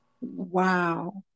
Wow